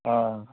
ਹਾਂ